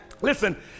listen